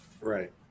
Right